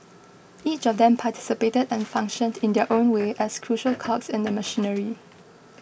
each of them participated and functioned in their own way as crucial cogs in the machinery